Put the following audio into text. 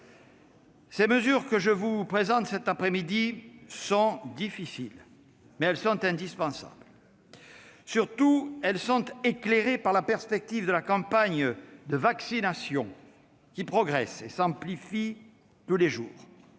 Les mesures que je vous présente cet après-midi sont difficiles, mais elles sont indispensables. Surtout, elles sont éclairées par la perspective de la campagne de vaccination, qui progresse et s'amplifie tous les jours,